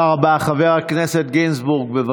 חסרים אזרחים, אדוני?